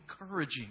encouraging